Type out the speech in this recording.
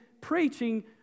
preaching